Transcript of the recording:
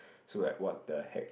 so like what the heck